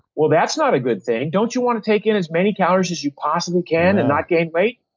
well, that's not a good thing. don't you want to take in as many calories as you possibly can, and not gain weight?